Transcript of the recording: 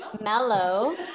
mellow